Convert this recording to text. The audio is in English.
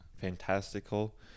fantastical